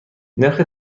نرخ